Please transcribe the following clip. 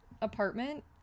apartment